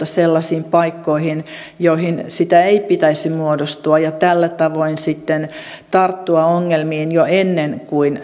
sellaisiin paikkoihin joihin sitä ei pitäisi muodostua ja tällä tavoin sitten tarttua ongelmiin jo ennen kuin